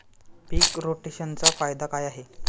पीक रोटेशनचा फायदा काय आहे?